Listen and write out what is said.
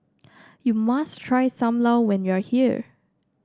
you must try Sam Lau when you are here